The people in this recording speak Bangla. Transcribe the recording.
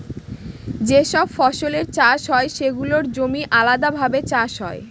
যে সব ফসলের চাষ হয় সেগুলোর জমি আলাদাভাবে চাষ হয়